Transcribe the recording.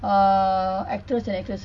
uh actors and actresses